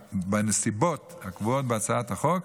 בנסיבות הקבועות בהצעת החוק,